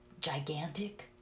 gigantic